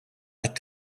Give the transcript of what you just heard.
qed